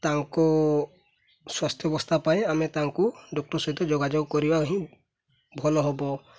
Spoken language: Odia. ତାଙ୍କ ସ୍ୱାସ୍ଥ୍ୟ ବ୍ୟବସ୍ଥା ପାଇଁ ଆମେ ତାଙ୍କୁ ଡକ୍ଟର ସହିତ ଯୋଗାଯୋଗ କରିବା ହିଁ ଭଲ ହବ